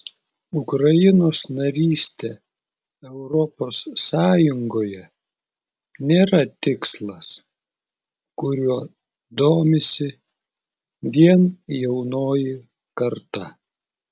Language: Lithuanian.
ukrainos narystė europos sąjungoje nėra tikslas kuriuo domisi vien jaunoji karta